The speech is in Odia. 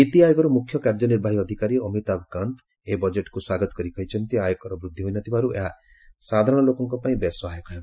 ନୀତି ଆୟୋଗର ମୁଖ୍ୟକାର୍ଯ୍ୟନିର୍ବାହୀ ଅଧିକାରୀ ଅମିତାଭ କାନ୍ତ ଏହି ବଜେଟକୁ ସ୍ୱାଗତ କରି କହିଛନ୍ତି ଆୟକର ବୃଦ୍ଧି ହୋଇନଥିବାରୁ ଏହା ସାଧାରଣ ଲୋକଙ୍କ ପାଇଁ ବେଶ୍ ସହାୟକ ହେବ